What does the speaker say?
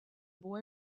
boy